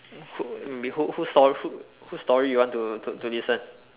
who be who who's who's story you want to to listen